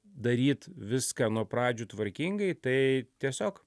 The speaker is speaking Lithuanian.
daryt viską nuo pradžių tvarkingai tai tiesiog